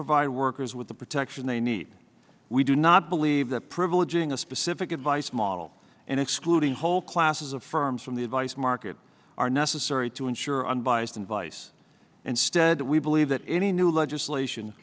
provide workers with the protection they need we do not believe that privileging a specific advice model and excluding whole classes of firms from the advice market are necessary to ensure unbiased and vice instead we believe that any new legislation